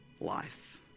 life